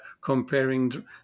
comparing